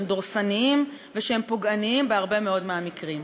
דורסניים ושהם פוגעניים בהרבה מאוד מהמקרים.